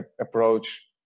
approach